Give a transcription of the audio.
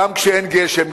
גם כשאין גשם,